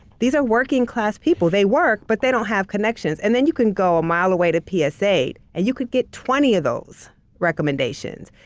these are working-class people. they work but they don't have connections. and then you can go a mile away to p s eight and you could get twenty of those recommendations.